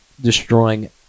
destroying